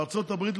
בארצות הברית,